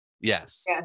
Yes